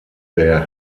der